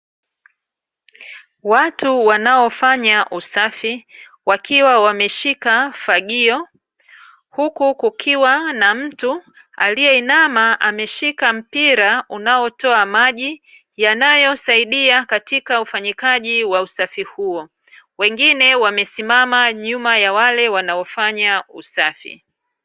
Watu wanaofanya usafi wakiwa wameshika fagio huku kukiwa na mtu aliyeinama ameshika mpira unaotoa maji yanayosaidia katika ufanyikaji wa usafi huo, wengine wamesimama nyuma ya wale wanaofanya usafi.